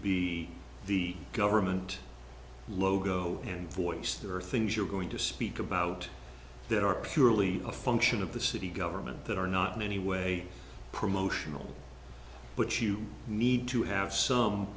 be the government logo and voice there are things you're going to speak about that are purely a function of the city government that are not in any way promotional but you need to have some